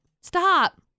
Stop